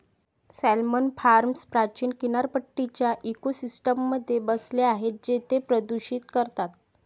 salmon farms प्राचीन किनारपट्टीच्या इकोसिस्टममध्ये बसले आहेत जे ते प्रदूषित करतात